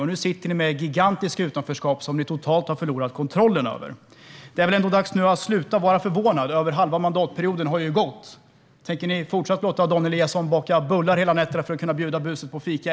Och nu sitter ni med ett gigantiskt utanförskap som ni har förlorat kontrollen över totalt. Det är väl ändå dags att sluta vara förvånad. Över halva mandatperioden har gått. Tänker ni fortsätta låta Dan Eliasson baka bullar hela nätterna för att kunna bjuda busarna på fika?